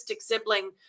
sibling